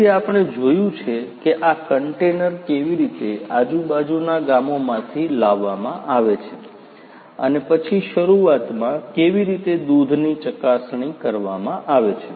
તેથી આપણે જોયું છે કે આ કન્ટેનર કેવી રીતે આજુબાજુના ગામોથી લાવવામાં આવે છે અને પછી શરૂઆતમાં કેવી રીતે દૂધની ચકાસણી કરવામાં આવે છે